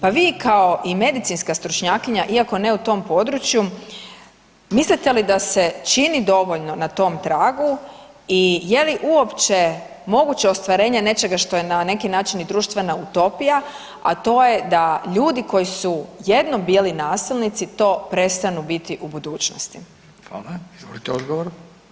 Pa vi kao i medicinska stručnjakinja iako ne u tom području, mislite li da se čini dovoljno na tom tragu i je li uopće moguće ostvarenje nečega što je na neki način i društvena utopija, a to je da ljudi koji su jednom bili nasilnici to prestanu biti u budućnosti.